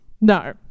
No